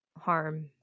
harm